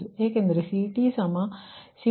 ಏಕೆಂದರೆ CTCT0CT